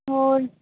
ਹੋਰ